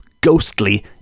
ghostly